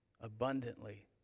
abundantly